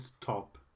top